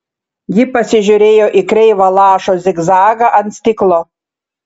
ji pasižiūrėjo į kreivą lašo zigzagą ant stiklo